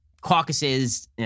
caucuses